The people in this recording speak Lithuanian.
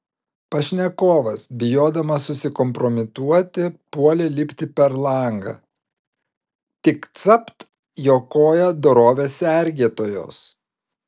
pašnekovas bijodamas susikompromituoti puolė lipti per langą tik capt jo koją dorovės sergėtojos